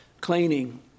cleaning